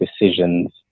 decisions